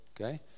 okay